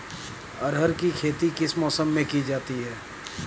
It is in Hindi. अरहर की खेती किस मौसम में की जाती है?